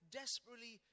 desperately